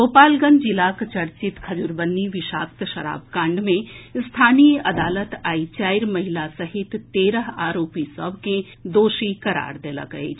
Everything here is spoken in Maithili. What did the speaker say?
गोपालगंज जिलाक चर्चित खज़ुरबन्नी विषाक्त शराब कांड मे स्थानीय अदालत आई चारि महिला सहित तेरह आरोपी सभ के दोषी करार देलक अछि